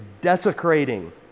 desecrating